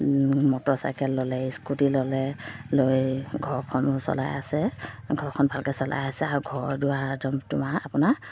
motorcycle ল'লে scooty ল'লে লৈ ঘৰখনো চলাই আছে ঘৰখন ভালকৈ চলাই আছে আৰু ঘৰ দুৱাৰ তোমাৰ আপোনাৰ